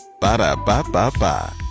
ba-da-ba-ba-ba